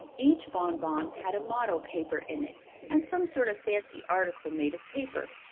each bonbon had a motto paper in it and some sort of fancy article made of paper.